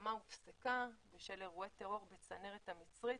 ההזרמה הופסקה בשל אירועי טרור בצנרת המצרית,